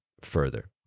further